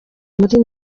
muri